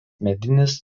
medinis